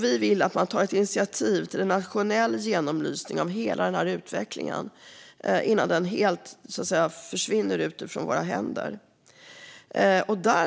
Vi vill att man tar ett initiativ till en nationell genomlysning av hela utvecklingen innan den helt försvinner ut från våra händer.